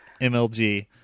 MLG